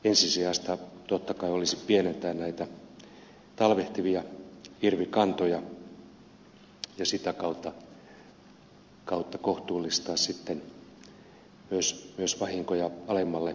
ensisijaista totta kai olisi pienentää talvehtivia hirvikantoja ja sitä kautta kohtuullistaa sitten myös vahinkoja alemmalle tasolle